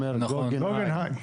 בבקשה.